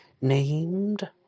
named